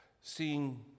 seeing